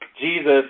Jesus